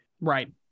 Right